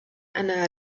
أنا